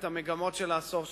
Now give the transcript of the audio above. את המגמות של העשור שחלף,